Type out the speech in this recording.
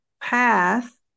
path